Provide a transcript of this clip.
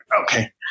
Okay